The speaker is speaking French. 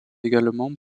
également